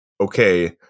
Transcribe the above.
okay